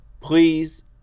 Please